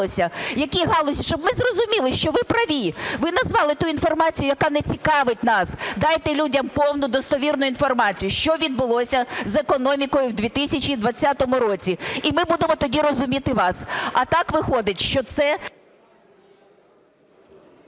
які галузі, щоб ми зрозуміли, що ви праві. Ви назвали ту інформацію, яка не цікавить нас. Дайте людям повну достовірну інформацію, що відбулося з економікою у 2020 році, і ми будемо тоді розуміти вас. А так виходить, що це…